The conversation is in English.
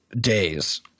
days